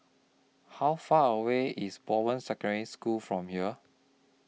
How Far away IS Bowen Secondary School from here